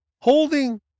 Holding